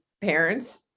parents